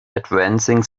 advancing